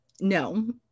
No